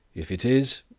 if it is,